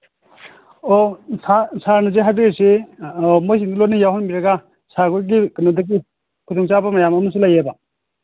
ꯑꯣ ꯁꯥꯔ ꯁꯥꯔꯅ ꯍꯧꯖꯤꯛ ꯍꯥꯏꯕꯤꯔꯤꯁꯤ ꯃꯣꯏꯁꯤꯡꯗꯣ ꯂꯣꯏꯅ ꯌꯥꯎꯍꯟꯕꯤꯔꯒ ꯁꯥꯔꯍꯣꯏꯒꯤ ꯀꯩꯅꯣꯗꯒꯤ ꯈꯨꯗꯣꯡꯆꯥꯕ ꯃꯌꯥꯝ ꯑꯃꯁꯨ ꯂꯩꯌꯦꯕ